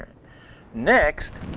next